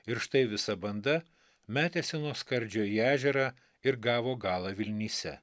ir štai visa banda metėsi nuo skardžio į ežerą ir gavo galą vilnyse